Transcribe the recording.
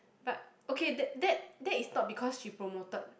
but okay that that that is not because she promoted